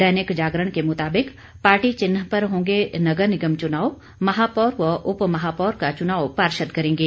दैनिक जागरण के मुताबिक पार्टी चिह्न पर होंगे नगर निगम चुनाव महापौर व उपमहापौर का चुनाव पार्षद करेंगे